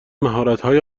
مهارتهای